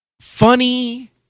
funny